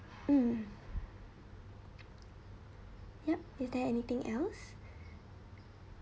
mm yup is there anything else